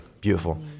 Beautiful